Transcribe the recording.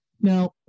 Now